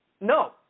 No